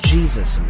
Jesus